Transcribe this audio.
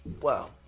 Wow